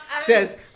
says